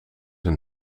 een